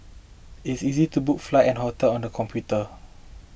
it is easy to book flights and hotel on the computer